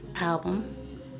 Album